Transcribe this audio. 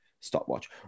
Stopwatch